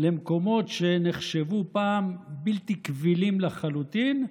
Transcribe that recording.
למקומות שנחשבו פעם בלתי קבילים לחלוטין.